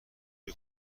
روی